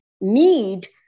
need